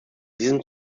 diesem